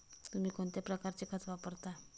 तुम्ही कोणत्या प्रकारचे खत वापरता?